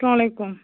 اَسلام علیکُم